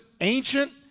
ancient